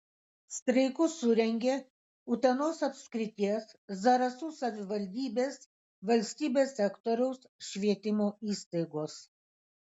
streikus surengė utenos apskrities zarasų savivaldybės valstybės sektoriaus švietimo įstaigos